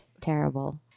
terrible